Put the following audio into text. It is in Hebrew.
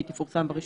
שהיא תפורסם ברשומות.